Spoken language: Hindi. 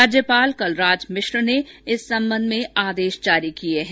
राज्यपाल कलराज मिश्र ने इस संबंध में आदेश जारी किए है